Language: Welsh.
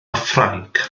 ffrainc